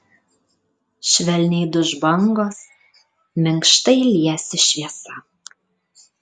švelniai duš bangos minkštai liesis šviesa